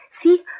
See